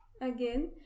again